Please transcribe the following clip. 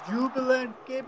Jubilant